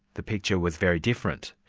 the picture was very different.